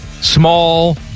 Small